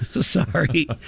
Sorry